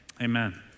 amen